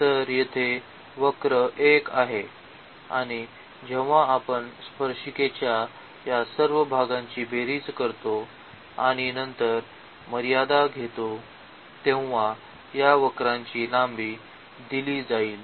तर येथे वक्र 1 आहे आणि जेव्हा आपण स्पर्शिकेच्या या सर्व भागाची बेरीज करतो आणि नंतर मर्यादा घेतो तेव्हा या वक्रांची लांबी दिली जाईल